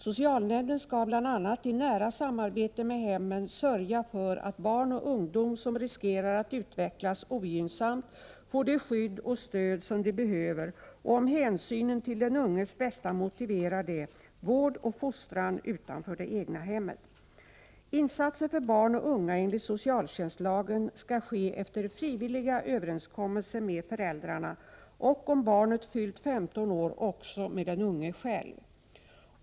Socialnämnden skall bl.a. i nära samarbete med hemmen sörja för att barn och ungdom som riskerar att utvecklas ogynnsamt får det skydd och stöd som de behöver och, om hänsynen till den unges bästa motiverar det, vård och fostran utanför det egna hemmet. Insatser för barn och unga enligt socialtjänstlagen skall ske efter frivilliga överenskommelser med föräldrarna och om barnet fyllt 15 år också med den unge själv.